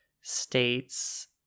States